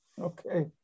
Okay